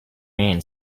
man